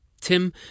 Tim